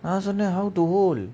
I ask him how to hold